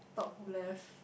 top left